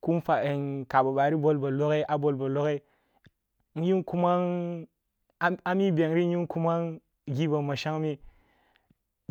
Kunfwa nkaba ъari bol ba loge bol ba loge nyu nku man ami bengri nyu nkuman gi bama shengmeh,